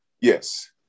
Yes